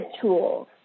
tools